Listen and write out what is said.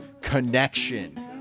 Connection